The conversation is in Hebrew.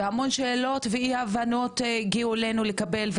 והמון שאלות ואי הבנות הגיעו אלינו לקבל,